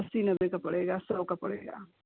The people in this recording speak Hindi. अस्सी नब्बे का पड़ेगा सौ का पड़ेगा